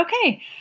Okay